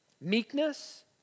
Meekness